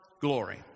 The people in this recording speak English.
glory